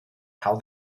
how